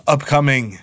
Upcoming